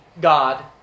God